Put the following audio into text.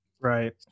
Right